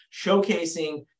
showcasing